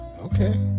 Okay